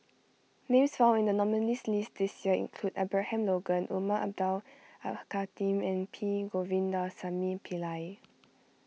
names found in the nominees' list this year include Abraham Logan Umar Abdullah Al Khatib and P Govindasamy Pillai